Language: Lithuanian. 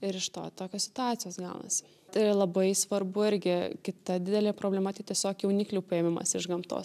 ir iš to tokios situacijos gaunasi ir labai svarbu irgi kita didelė problema tai tiesiog jauniklių paėmimas iš gamtos